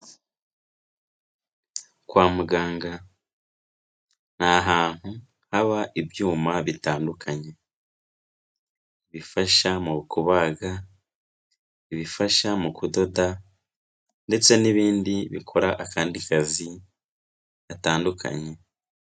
Kwa muganga ni ahantu haba ibyuma bitandukanye, bifasha mu kubaga, ibifasha mu kudoda, ndetse n'ibindi bikora akandi kazi gatandukanye.